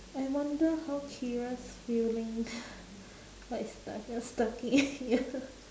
I wonder how kira's feeling like stuck here stuck in here